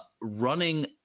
running